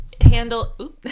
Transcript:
handle